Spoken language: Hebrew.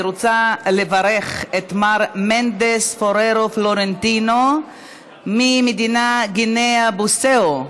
אני רוצה לברך את מר מנדס פוררו פלורנטינו ממדינת גינאה ביסאו,